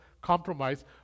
compromise